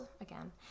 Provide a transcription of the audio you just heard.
again